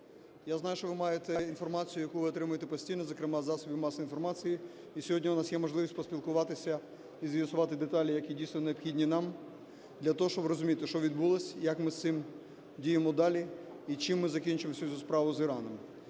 Я знаю, що ви маєте інформацію, яку ви отримуєте постійно, зокрема із засобів масової інформації, і сьогодні у нас є можливість поспілкуватися і з'ясувати деталі, які дійсно необхідні нам для того, щоб розуміти, що відбулося, як ми з цим діємо далі і чим ми закінчимо всю цю справу з Іраном.